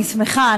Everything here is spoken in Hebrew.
אני שמחה,